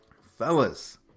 fellas